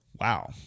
Wow